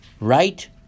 right